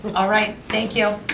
all right, thank you.